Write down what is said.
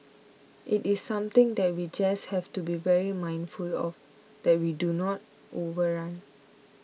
it is something that we just have to be very mindful of that we do not overrun